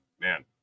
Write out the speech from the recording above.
man